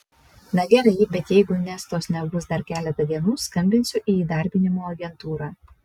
na gerai bet jeigu nestos nebus dar keletą dienų skambinsiu į įdarbinimo agentūrą